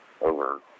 over